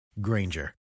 Granger